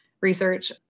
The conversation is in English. research